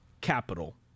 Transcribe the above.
capital